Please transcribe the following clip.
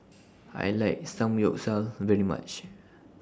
I like Samgyeopsal very much